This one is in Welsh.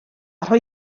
rhoi